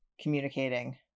communicating